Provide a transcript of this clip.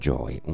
Joy